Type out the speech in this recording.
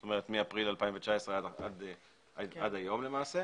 זאת אומרת, מאפריל 2019 ועד היום, למעשה.